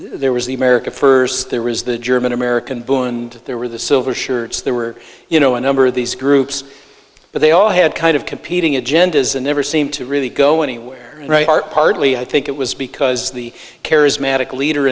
there was the america first there was the german american blue and there were the silver shirts there were you know a number of these groups but they all had kind of competing agendas and never seemed to really go anywhere right heart partly i think it was because the charismatic leader